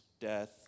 death